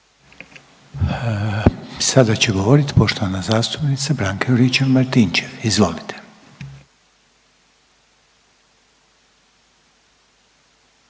Sada će govoriti poštovana zastupnica Branka Juričev-Martinčev. Izvolite.